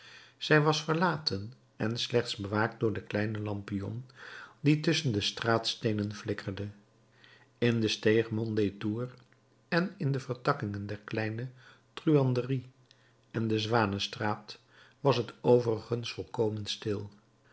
zij was verlaten en slechts bewaakt door de kleine lampion die tusschen de straatsteenen flikkerde in de steeg mondétour en in de vertakkingen der kleine truanderie en de zwanestraat was t overigens volkomen stil